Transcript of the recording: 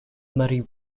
muddy